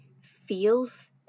feels